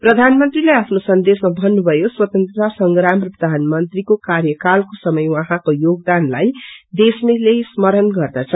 प्रधानमंत्रीले आफ्नो सन्देशमा भन्नुभयो स्वतन्त्रता संग्राम र प्रधानमंत्रीको कार्यकालको समय उहाँको योगदानलाई देशले स्मरण गर्दछ